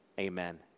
amen